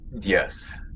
Yes